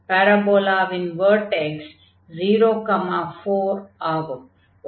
பாரபோலாவின் vertex 0 4 ஆகும்